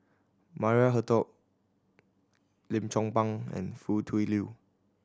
Maria Hertogh Lim Chong Pang and Foo Tui Liew